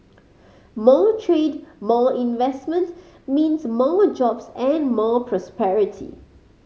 more trade more investment means more jobs and more prosperity